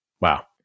Wow